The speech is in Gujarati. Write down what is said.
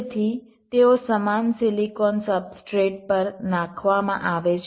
તેથી તેઓ સમાન સિલિકોન સબસ્ટ્રેટ પર નાખવામાં આવે છે